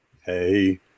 hey